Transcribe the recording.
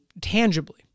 tangibly